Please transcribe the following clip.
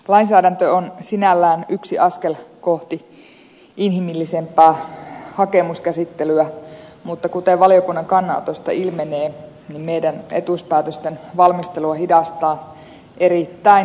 lainsäädäntö on sinällään yksi askel kohti inhimillisempää hakemuskäsittelyä mutta kuten valiokunnan kannanotosta ilmenee etuuspäätösten valmistelua hidastaa erittäin monimutkainen työttömyysturvasäännöstö